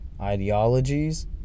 ideologies